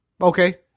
Okay